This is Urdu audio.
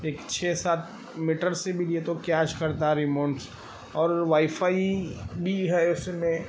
ایک چھ سات میٹر سے بھی یہ تو کیچ کرتا ریمونٹ اور وائی فائی بھی ہے اس میں